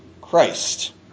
Christ